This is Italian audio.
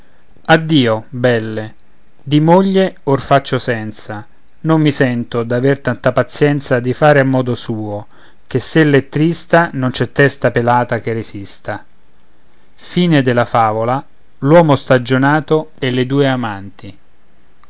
addio belle di moglie or faccio senza non mi sento d'aver tanta pazienza di far a modo suo che s'ella è trista non c'è testa pelata che resista e